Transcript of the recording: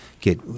get